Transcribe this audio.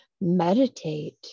meditate